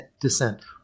descent